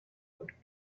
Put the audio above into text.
und